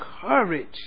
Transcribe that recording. courage